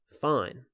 fine